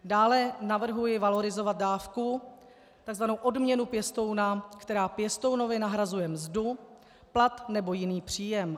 Dále navrhuji valorizovat dávku, tzv. odměnu pěstouna, která pěstounovi nahrazuje mzdu, plat nebo jiný příjem.